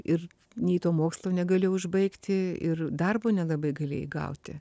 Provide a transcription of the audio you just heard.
ir nei to mokslo negali užbaigti ir darbo nelabai galėjai gauti